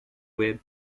were